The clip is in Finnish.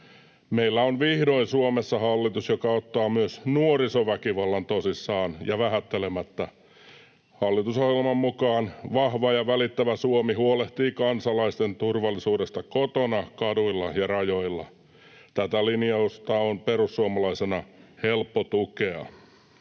Meillä on vihdoin Suomessa hallitus, joka ottaa myös nuorisoväkivallan tosissaan ja vähättelemättä. Hallitusohjelman mukaan vahva ja välittävä Suomi huolehtii kansalaisten turvallisuudesta kotona, kaduilla ja rajoilla. Tätä linjausta on perussuomalaisena helppo tukea.